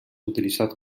utilitzat